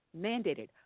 mandated